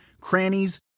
crannies